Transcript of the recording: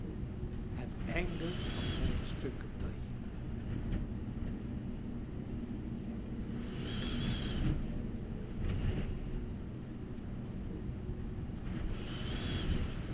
het kruien van het